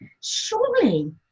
surely